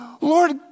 Lord